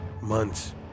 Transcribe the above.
months